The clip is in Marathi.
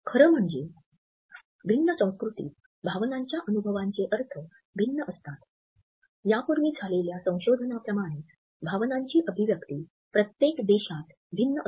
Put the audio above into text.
खरं म्हणजे भिन्न संस्कृतीत भावनांच्या अनुभवांचे अर्थ भिन्न असतात यापूर्वी झालेल्या संशोधनाप्रमाणेच भावनांची अभिव्यक्ति प्रत्येक देशात भिन्न असते